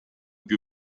più